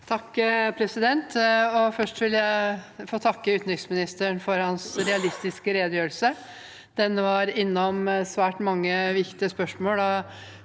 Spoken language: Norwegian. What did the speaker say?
(H) Først vil jeg få takke utenriksministeren for hans realistiske redegjørelse. Den var innom svært mange viktige spørsmål